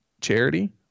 charity